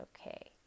okay